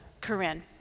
Corinne